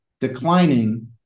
declining